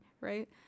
right